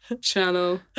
channel